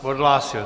Odhlásil.